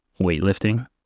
weightlifting